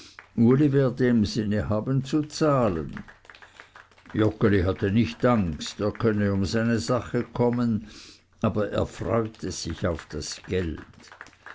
haben zu zahlen joggeli hatte nicht angst er könne um seine sache kommen aber er freute sich auf das geld